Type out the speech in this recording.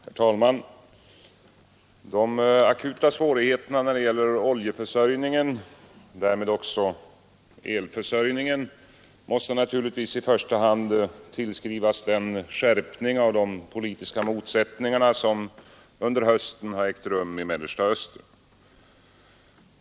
Herr talman! De akuta svårigheterna när det gäller oljeförsörjningen och därmed också elförsörjningen måste naturligtvis i första hand tillskrivas den skärpning av de politiska motsättningarna som under hösten ägt rum i Mellersta Östern.